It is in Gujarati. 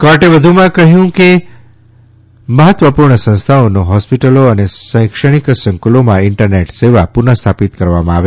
કોર્ટે વધુમાં કહ્યુંકે મહત્વપૂર્ણ સંસ્થાનો હોસ્પિટલો અને શૈક્ષણિક સંક્રલોમાં ઇન્ટરનેટ સેવા પુનઃસ્થાપિત કરવામાં આવે